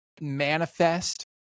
manifest